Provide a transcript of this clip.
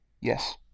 Yes